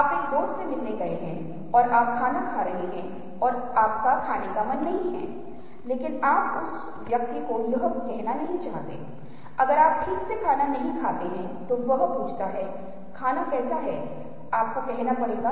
तो यह एक बहुत ही दिलचस्प बात है जैसा कि आप आंखों पर नज़र रखने वाले अध्ययनों से देख सकते हैं कि हम आपके साथ साझा कर रहे हैं या हम पहले से ही साझा कर चुके हैं हमें इसकी जांच करनी होगी